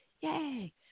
yay